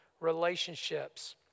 relationships